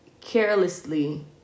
carelessly